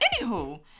anywho